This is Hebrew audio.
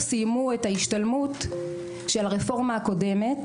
סיימו את ההשתלמות של הרפורמה הקודמת